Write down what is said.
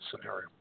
scenario